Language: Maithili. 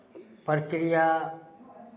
प्रक्रिया